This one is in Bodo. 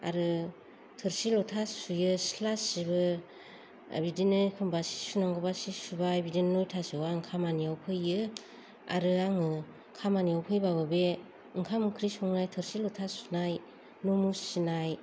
आरो थोरसि लथा सुयो सिथ्ला सिबो बिदिनो एखम्बा सि सुनांगौब्ला सि सुबाय बिदिनो नयथासोआव आं खामानियाव फैयो आरो आङो खामानियाव फैब्लाबो बे ओंखाम ओंख्रि संनाय थोरसि लथा सुनाय न' मुसिनाय